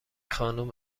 خانم